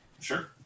Sure